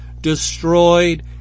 destroyed